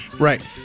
Right